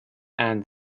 and